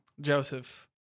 Joseph